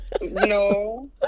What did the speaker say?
No